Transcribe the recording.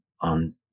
on